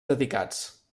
dedicats